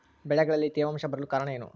ಬೆಳೆಗಳಲ್ಲಿ ತೇವಾಂಶ ಬರಲು ಕಾರಣ ಏನು?